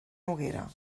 noguera